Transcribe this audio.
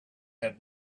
had